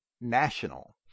national